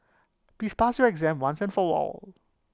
please pass your exam once and for all